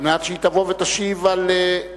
על מנת שהיא תבוא ותשיב על שאלות